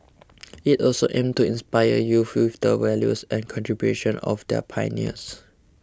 it also aims to inspire youths with the values and contributions of their pioneers